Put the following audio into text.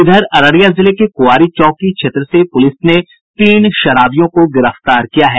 इधर अररिया जिले के कुआरी चौकी क्षेत्र से पुलिस ने तीन शराबियों को गिरफ्तार किया है